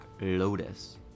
Lotus